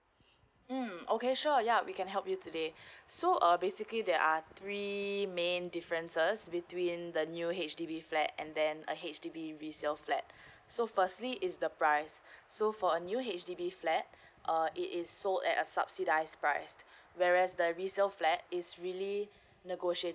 mm okay sure ya we can help you today so uh basically there are three main differences between the new H_D_B flat and then a H_D_B resale flat so firstly is the price so for a new H_D_B flat uh it is so at a subsidize priced whereas the resale flat is really negotiated